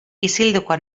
isilduko